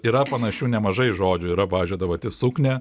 yra panašių nemažai žodžių yra pavyzdžiui ta pati suknia